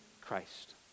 Christ